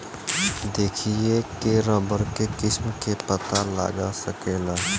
देखिए के रबड़ के किस्म के पता लगा सकेला